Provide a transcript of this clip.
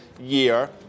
year